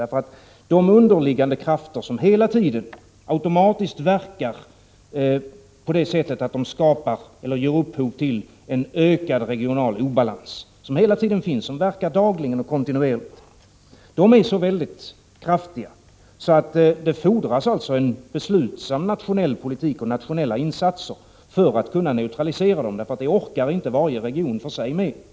De underliggande krafter som hela tiden automatiskt verkar på det sättet att de ger upphov till en ökad regional obalans, som verkar dagligen, kontinuerligt, är så kraftiga att det fordras en beslutsam nationell politik och nationella insatser för att de skall kunna neutraliseras, eftersom varje region för sig inte orkar med det.